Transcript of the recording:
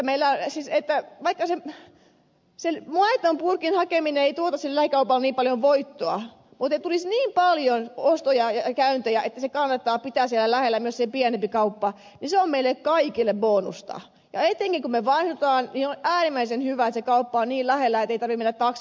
vaikka sen maitopurkin hakeminen ei tuota sille lähikaupalle niin paljon voittoa mutta tulisi niin paljon ostoja ja käyntejä että kannattaa pitää siellä lähellä myös se pienempi kauppa niin se on meille kaikille bonusta ja etenkin kun me vanhennumme niin on äärimmäisen hyvä että se kauppa on niin lähellä että ei tarvitse mennä taksilla aina kauppaan